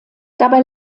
dabei